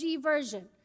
version